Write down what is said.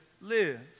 live